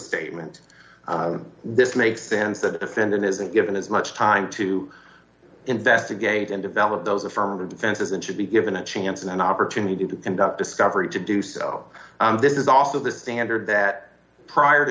statement this makes sense that offended isn't given as much time to investigate and develop those affirmative defenses and should be given a chance an opportunity to conduct discovery to do so this is also the standard that prior to